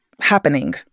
happening